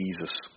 Jesus